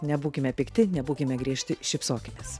nebūkime pikti nebūkime griežti šypsokimės